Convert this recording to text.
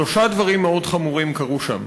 שלושה דברים חמורים מאוד קרו שם: